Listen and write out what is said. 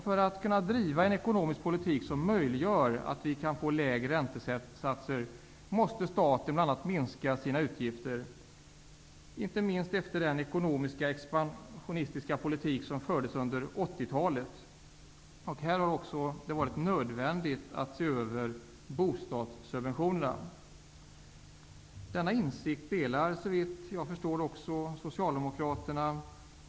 För att kunna driva en ekonomisk politik som möjliggör att vi kan få lägre räntesatser, måste staten bl.a. minska sina utgifter, inte minst efter den ekonomiskt expansionistiska politik som fördes under 80-talet. Och i detta sammanhang har det också varit nödvändigt att se över bostadssubventionerna. Denna insikt delar, såvitt jag förstår, också Socialdemokraterna.